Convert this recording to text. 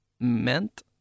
meant